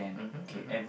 mmhmm mmhmm